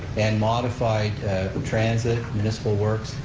and modified transit, municipal works,